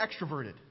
extroverted